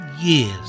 years